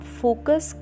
focus